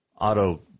auto